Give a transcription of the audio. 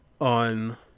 on